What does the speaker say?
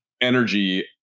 energy